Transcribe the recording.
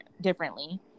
differently